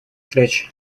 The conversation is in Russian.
встреч